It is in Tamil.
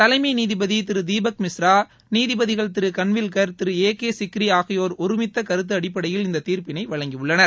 தலைமை நீதிபதி திரு தீபக் மிஸ்ரா நீதிபதிகள் திரு கன்வில்கர் திரு சிக்ரி ஆகியோர் ஒருமித்தக்கருத்து அடிப்படையில் இந்த தீர்ப்பினை வழங்கியுள்ளனர்